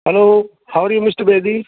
hello how are you mister Bedi